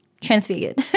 transfigured